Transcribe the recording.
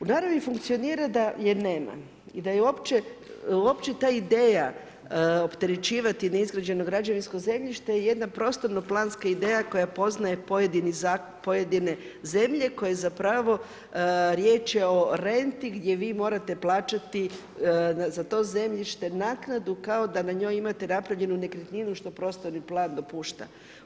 U naravi funkcionira da je nema i da je uopće, uopće ta ideja opterećivati neizgrađeno građevinsko zemljište je jedna prostorno planska ideja koja poznaje pojedine zemlje koje zapravo, riječ je o renti gdje vi morate plaćati za to zemljište naknadu kao da na njoj imate napravljenu nekretninu što prostorni plan dopušta.